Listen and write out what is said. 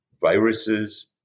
viruses